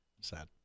sad